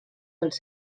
dels